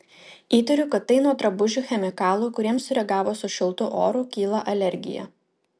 įtariu kad tai nuo drabužių chemikalų kuriems sureagavus su šiltu oru kyla alergija